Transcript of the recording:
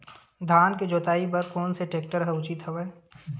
धान के जोताई बर कोन से टेक्टर ह उचित हवय?